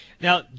now